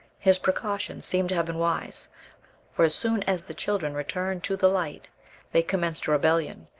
his precautions seem to have been wise for as soon as the children returned to the light they commenced a rebellion,